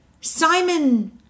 Simon